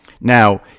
Now